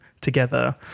together